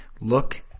Look